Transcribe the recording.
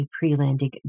pre-landing